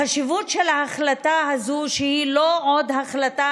החשיבות של ההחלטה הזאת היא שהיא לא עוד החלטה